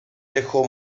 dejó